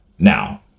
Now